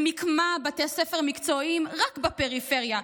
שמיקמה בתי ספר מקצועיים רק בפריפריה,